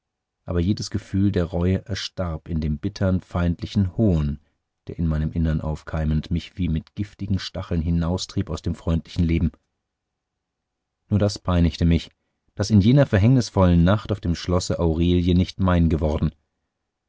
aber jedes gefühl der reue erstarb in dem bittern feindlichen hohn der in meinem innern aufkeimend mich wie mit giftigen stacheln hinaustrieb aus dem freundlichen leben nur das peinigte mich daß in jener verhängnisvollen nacht auf dem schlosse aurelie nicht mein geworden